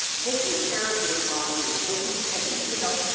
taking care of your body taking care, you know